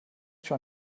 schon